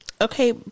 Okay